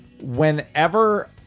Whenever